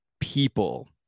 people